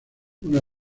una